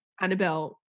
Annabelle